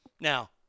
Now